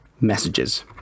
messages